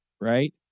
Right